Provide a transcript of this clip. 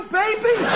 baby